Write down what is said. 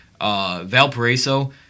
Valparaiso